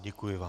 Děkuji vám.